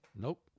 Nope